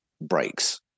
breaks